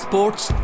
Sports